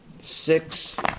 six